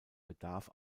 bedarf